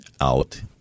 out